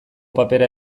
papera